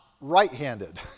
right-handed